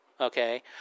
Okay